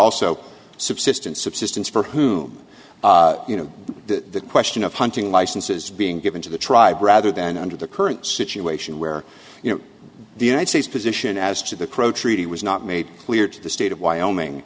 also subsistence subsistence for whom you know the question of hunting licenses being given to the tribe rather than under the current situation where you know the united states position as to the crow treaty was not made clear to the state of wyoming